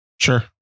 sure